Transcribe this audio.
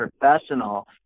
Professional